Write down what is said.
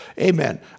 Amen